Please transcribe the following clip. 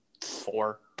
four